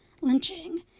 lynching